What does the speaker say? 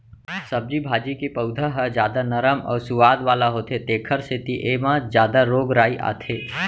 सब्जी भाजी के पउधा ह जादा नरम अउ सुवाद वाला होथे तेखर सेती एमा जादा रोग राई आथे